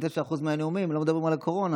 ו-99% מהנאומים לא מדברים על הקורונה,